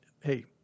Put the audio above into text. hey